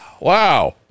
wow